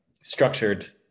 structured